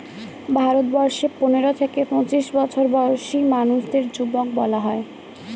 ভারতবর্ষে পনেরো থেকে পঁচিশ বছর বয়সী মানুষদের যুবক বলা হয়